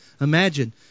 imagine